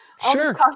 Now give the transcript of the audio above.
Sure